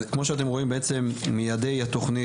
אז כמו שאתם רואים בעצם מיעדי התכנית